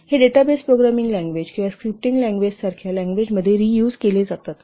हे database programming language किंवा scripting language सारख्या लँग्वेज मध्ये रियुज केले जातात